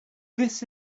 this